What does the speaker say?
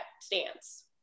stance